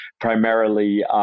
primarily